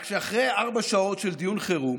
רק שאחרי ארבע שעות של דיון חירום